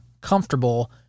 comfortable